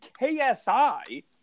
KSI